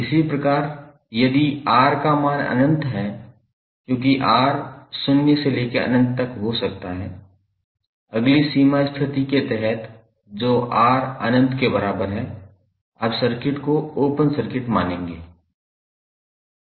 इसी प्रकार यदि R का मान अनंत है क्योंकि R शून्य से लेकर अनंत तक हो सकता है अगली सीमा स्थिति के तहत जो R अनंत के बराबर है आप सर्किट को ओपन सर्किट मानेंगे